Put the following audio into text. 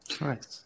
Right